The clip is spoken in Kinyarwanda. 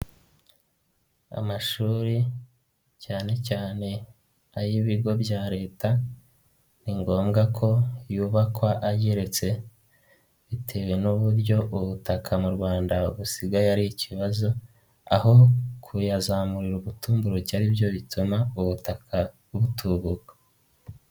Amashuri cyane cyane ay'ibigo bya leta, ni ngombwa ko yubakwa ageretse bitewe n'uburyo ubutaka mu Rwanda busigaye ari ikibazo, aho kuyazamurira ubutumburuke aribyo bituma ubutaka butubuka.